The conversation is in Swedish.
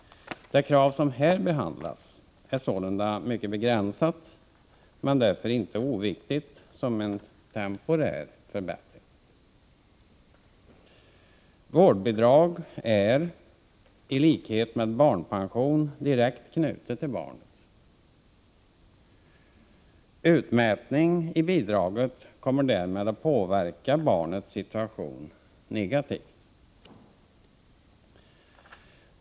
Det krav som här behandlas är sålunda mycket begränsat, men därför inte oviktigt som en temporär förbättring. Vårdbidrag är i likhet med barnpension direkt knutet till barnet. Utmätning i bidraget kommer därmed att påverka barnets situation negativt.